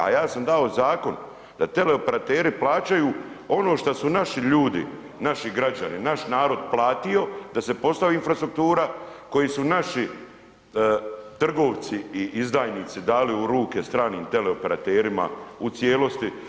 A ja sam dao zakon da teleoperateri plaćaju ono šta su naši ljudi, naši građani, naš narod platio da se postavi infrastruktura, koji su naši trgovci i izdajnici dali u ruke stranim teleoperaterima u cijelosti.